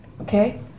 Okay